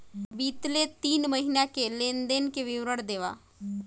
बितले तीन महीना के लेन देन के विवरण देवा?